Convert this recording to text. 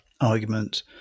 argument